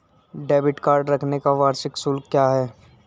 Debit card रखने का वार्षिक शुल्क क्या है?